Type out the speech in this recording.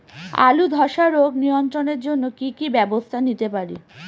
আলুর ধ্বসা রোগ নিয়ন্ত্রণের জন্য কি কি ব্যবস্থা নিতে পারি?